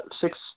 six